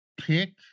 pick